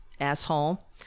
asshole